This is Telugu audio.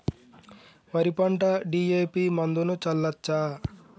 వరి పంట డి.ఎ.పి మందును చల్లచ్చా?